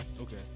Okay